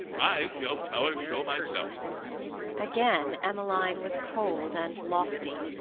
i shall tell her so myself again emmeline was cold and lofty.